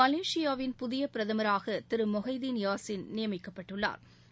மலேசியாவின் புதிய பிரதமராக திரு மொகைதீன் யாசின் நியமிக்கப்பட்டுள்ளாா்